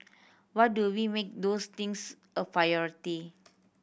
what do we make those things a priority